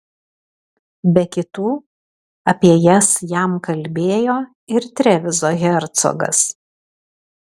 be kitų apie jas jam kalbėjo ir trevizo hercogas